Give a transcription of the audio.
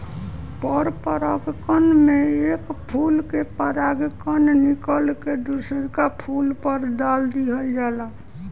पर परागण में एक फूल के परागण निकल के दुसरका फूल पर दाल दीहल जाला